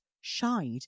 shied